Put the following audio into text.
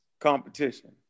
Competition